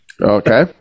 Okay